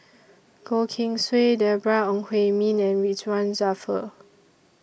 Goh Keng Swee Deborah Ong Hui Min and Ridzwan Dzafir